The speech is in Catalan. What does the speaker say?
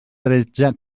tretze